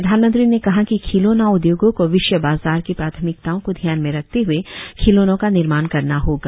प्रधानमंत्री ने कहा कि खिलौना उदयोगों को विश्व बाजार की प्राथमिकताओं को ध्यान में रखते हए खिलौनों का निर्माण करना होगा